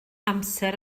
amser